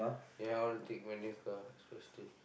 ya I want to take manual car especially